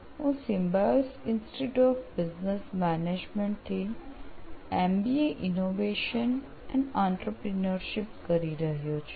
હું Symbiosis Institute of Business Management થી MBA innovation અને આંત્રપ્રિન્યોરશિપ કરી રહ્યો છું